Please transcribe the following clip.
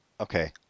Okay